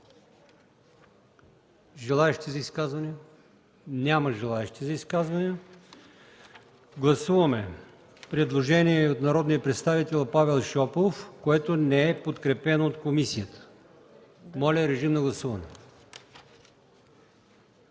Други изказвания? Няма желаещи за изказване. Гласуваме предложение от народния представител Павел Шопов, което не е подкрепено от комисията. Моля, гласувайте.